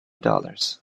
dollars